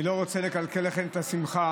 אני לא רוצה לקלקל לכם את השמחה.